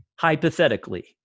hypothetically